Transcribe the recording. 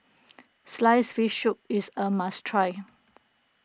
Sliced Fish Soup is a must try